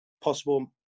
possible